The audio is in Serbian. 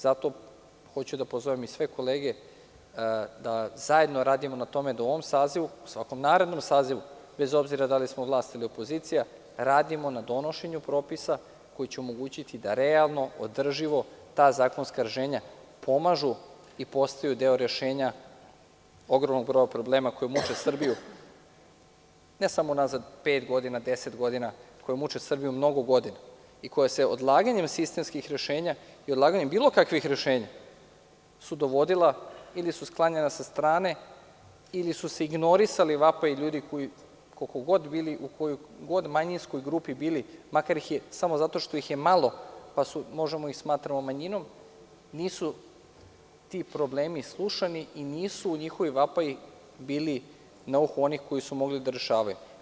Zato hoću da pozovem sve kolege da zajedno radimo na tome da u ovom sazivu, svakom narednom sazivu, bez obzira da li smo vlast ili opozicija, radimo na donošenju propisa koji će omogućiti da realno održimo ta zakonska rešenja, pomažu i postaju deo rešenja ogromnog broja problema koji muče Srbiju, ne samo unazad pet godina, deset godina, već mnogo godina i koja su sa odlaganjem sistemskim rešenja i bilo kakvih rešenja dovodila ili su sklanjana sa strane ili su se ignorisali vapaji ljudi, kojoj god manjinskoj grupi pripadali, samo zato što ih je malo, pa možemo ih smatrati manjinom, nisu ti problemi slušani i nisu ti vapaji bili na uhu onih koje su mogli da rešavaju.